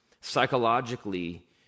psychologically